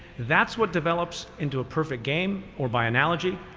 that's what develops into a perfect game, or by analogy,